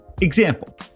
Example